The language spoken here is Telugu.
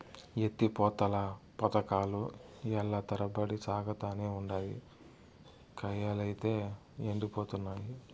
ఎత్తి పోతల పదకాలు ఏల్ల తరబడి సాగతానే ఉండాయి, కయ్యలైతే యెండిపోతున్నయి